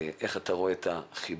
איך אתה רואה את החיבור,